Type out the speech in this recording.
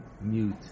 mute